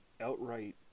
outright